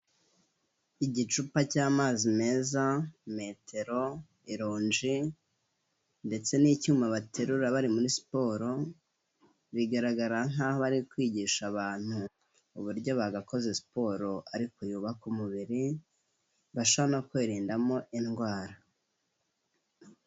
Igicupa cy'amazi meza, metero, ironge ndetse n'icyuma baterura bari muri siporo, bigaragara nk'aho bari kwigisha abantu uburyo bagakoze siporo ariko yubaka umubiri bashobora no kwirindamo indwara.